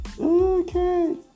Okay